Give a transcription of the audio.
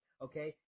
Okay